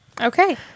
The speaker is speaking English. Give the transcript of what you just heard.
Okay